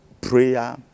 prayer